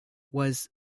was